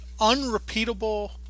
unrepeatable